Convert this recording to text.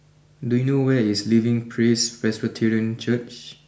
do you know where is Living Praise Presbyterian Church